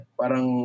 parang